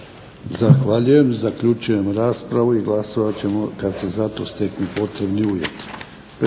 Zahvaljujem i zaključujem raspravu i glasovat ćemo kada se za to steknu potrebni uvjeti.